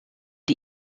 die